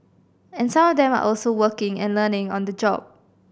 and some of them are also working and learning on the job